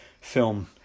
film